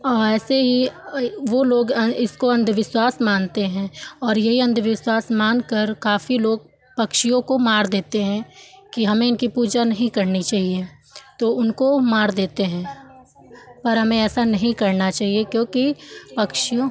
और ऐसे ही वह लोग इसको अन्धविश्वास मानते हैं और यही अन्धविश्वास मानकर काफ़ी लोग पक्षियों को मार देते हैं कि हमें इनकी पूजा नहीं करनी चाहिए तो उनको मार देते हैं पर हमें ऐसा नहीं करना चाहिए क्योंकि पक्षियों